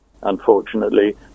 unfortunately